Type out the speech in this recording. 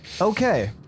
Okay